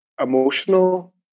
emotional